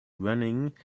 running